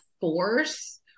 force